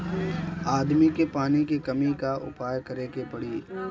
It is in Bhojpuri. आदमी के पानी के कमी क उपाय करे के पड़ी